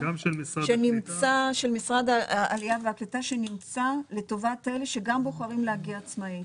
של משרד העלייה והקליטה שנמצא לטובת אלה שגם בוחרים להגיע עצמאית.